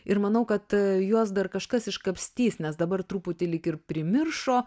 ir manau kad juos dar kažkas iškapstys nes dabar truputį lyg ir primiršo